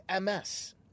MS